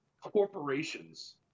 corporations